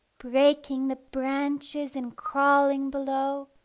breaking the branches and crawling below,